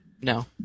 No